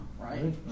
right